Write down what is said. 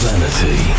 Vanity